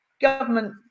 Government